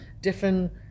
different